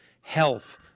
health